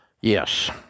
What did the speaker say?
Yes